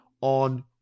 on